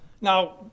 Now